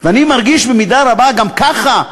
ואני מרגיש במידה רבה גם ככה,